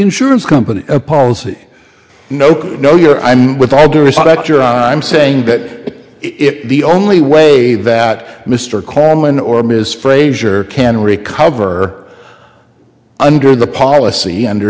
insurance company's policy no no you're with all due respect your honor i'm saying that if the only way that mr coleman or ms frazier can recover under the policy under